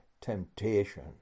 temptation